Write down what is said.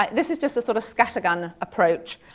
ah this is just a sort of scattergun approach